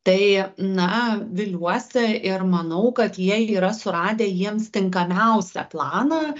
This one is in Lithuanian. tai na viliuosi ir manau kad jie yra suradę jiems tinkamiausią planą